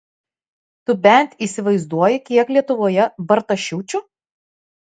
tu bent įsivaizduoji kiek lietuvoje bartašiūčių